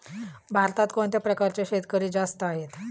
भारतात कोणत्या प्रकारचे शेतकरी जास्त आहेत?